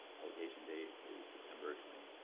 publication date is december twenty,